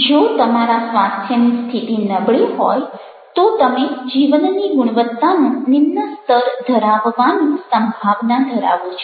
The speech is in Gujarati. જો તમારા સ્વાસ્થ્યની સ્થિતિ નબળી હોય તો તમે જીવનની ગુણવત્તાનું નિમ્ન સ્તર ધરાવવાની સંભાવના ધરાવો છો